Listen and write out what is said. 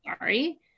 sorry